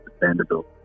Vanderbilt